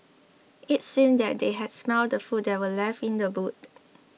it seemed that they had smelt the food that were left in the boot